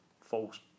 false